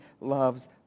loves